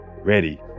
ready